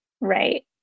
right